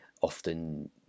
often